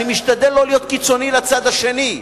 אני משתדל לא להיות קיצוני לצד השני.